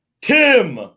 Tim